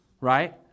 right